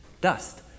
dust